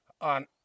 on